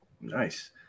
Nice